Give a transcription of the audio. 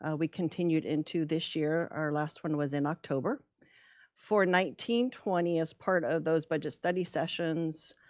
ah we continued into this year, our last one was in october for nineteen twenty as part of those budget study sessions,